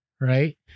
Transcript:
Right